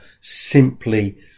simply